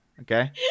okay